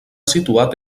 situat